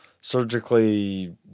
surgically